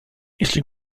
jeśli